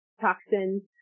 toxins